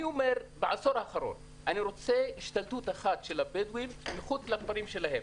בעשור האחרון אני רוצה השתלטות אחת של הבדואים מחוץ לכפרים שלהם,